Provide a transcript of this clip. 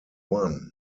one